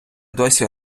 досі